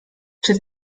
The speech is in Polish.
czy